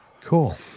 Cool